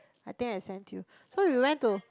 I think I sent you so we went to